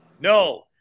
No